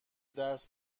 درس